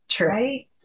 right